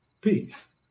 peace